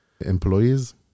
employees